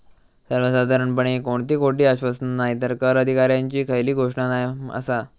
सर्वसाधारणपणे कोणती खोटी आश्वासना नायतर कर अधिकाऱ्यांची खयली घोषणा नाय आसा